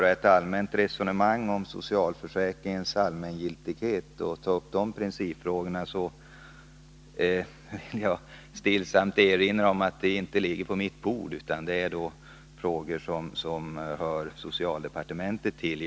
Allmänna resonemang om socialförsäkringens allmängiltighet och liknande principfrågor ligger — det vill jag stillsamt erinra om — inte på mitt bord. Det är frågor som hör socialdepartementet till.